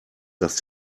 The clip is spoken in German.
dass